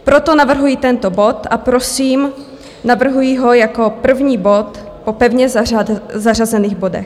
Proto navrhuji tento bod a prosím, navrhuji ho jako první bod po pevně zařazených bodech.